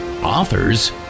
authors